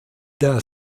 der